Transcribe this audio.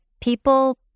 people